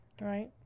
right